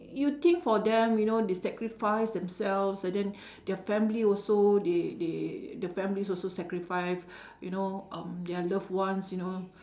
you think for them you know they sacrifice themselves and then their family also they they the families also sacrifice you know um their loved ones you know